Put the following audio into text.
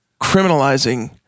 criminalizing